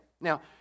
Now